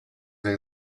may